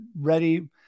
ready